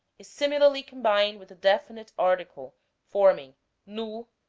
is similarly combined with the definite article forming no,